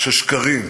של שקרים,